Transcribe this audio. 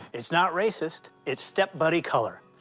it's not racist. it's step buddy color,